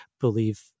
believe